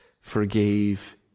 forgave